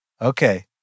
Okay